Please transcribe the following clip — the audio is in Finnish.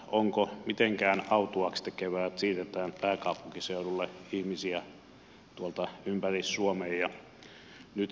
onko mitenkään autuaaksi tekevää että siirretään pääkaupunkiseudulle ihmisiä tuolta ympäri suomen